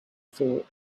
thought